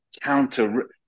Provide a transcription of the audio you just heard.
counter